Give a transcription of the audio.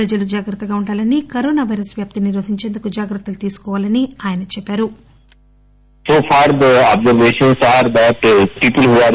ప్రజలు జాగ్రత్తగా ఉండాలని కరోనా పైరస్ వ్యాప్తిని నిరోధించేందుకు జాగ్రత్తలు తీసుకోవాలని ఆయన చెప్పారు